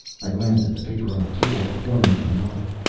i glanced at the paper on the table before me, and nodded.